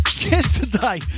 Yesterday